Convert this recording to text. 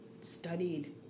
studied